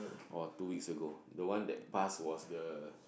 or two weeks ago the one that pass was the